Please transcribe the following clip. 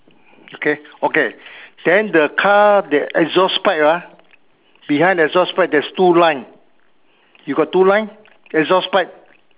okay okay then the car that exhaust pipe ah behind the exhaust pipe there's two line you got two line exhaust pipe